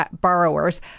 borrowers